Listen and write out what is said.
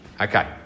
okay